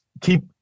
keep